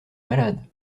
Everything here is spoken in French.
malade